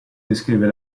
descrive